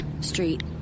Street